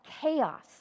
chaos